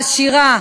העשירה,